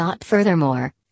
Furthermore